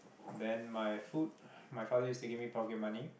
then my food my father used to give me pocket money